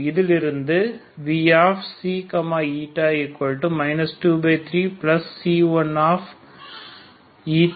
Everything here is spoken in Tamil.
இதிலிருந்து vξη 23C1